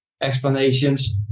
explanations